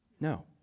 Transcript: No